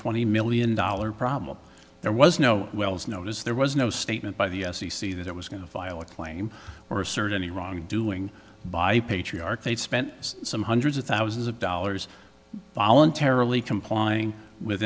twenty million dollars problem there was no wells notice there was no statement by the f c c that it was going to file a claim or assert any wrongdoing by patriarch they spent some hundreds of thousands of dollars voluntarily complying with